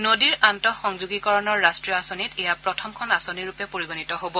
নদীৰ আন্তঃ সংযোগীকৰণৰ ৰাষ্ট্ৰীয় আঁচনিত এয়া প্ৰথমখন আঁচনিৰূপে পৰিগণিত হ'ব